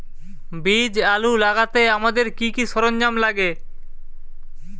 বীজ আলু লাগাতে আমাদের কি কি সরঞ্জাম লাগে?